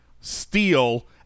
steal